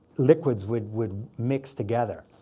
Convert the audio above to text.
liquids would would mix together.